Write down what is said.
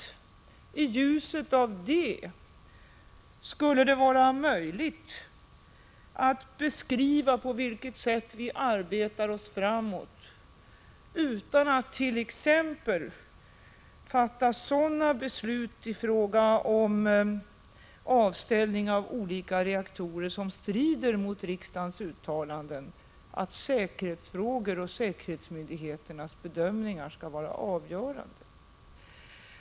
I ljuset därav tror jag att det skulle vara möjligt att beskriva på vilket sätt vi kommer framåt i arbetet utan att t.ex. behöva fatta sådana beslut i fråga om avställning av olika reaktorer som strider mot riksdagens uttalan den, nämligen att säkerhetsfrågor och säkerhetsmyndigheternas bedömningar skall vara avgörande.